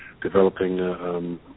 developing